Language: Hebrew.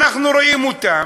אנחנו רואים אותם,